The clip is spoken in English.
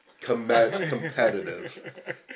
competitive